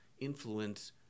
influence